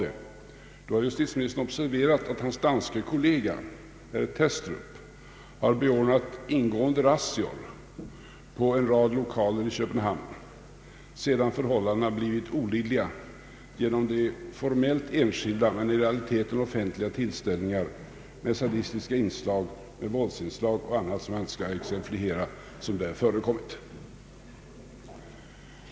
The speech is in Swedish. I så fall har justitieministern observerat att hans danske kollega, herr Thestrup, har beordrat ingående razzior på en rad lokaler i Köpenhamn sedan förhållandena blivit olidliga genom de formellt enskilda men i realiteten offentliga tillställningar med sadistiska inslag, våldsinslag och annat som jag här inte skall exemplifiera som där förekommit.